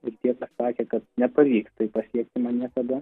ir tie kas sakė kad nepavyks tai pasiekti man niekada